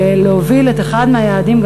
להוביל את אחד מהיעדים,